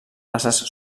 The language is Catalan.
races